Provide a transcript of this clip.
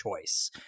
choice